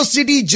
City